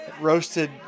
roasted